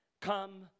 come